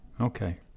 Okay